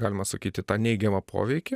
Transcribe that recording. galima sakyti tą neigiamą poveikį